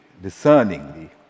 discerningly